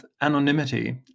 anonymity